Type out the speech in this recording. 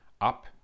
up